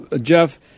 Jeff